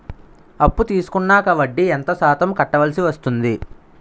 అప్పు తీసుకున్నాక వడ్డీ ఎంత శాతం కట్టవల్సి వస్తుంది?